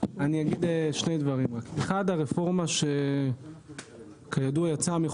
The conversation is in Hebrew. הרפורמה שיצאה,